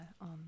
on